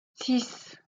six